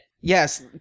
Yes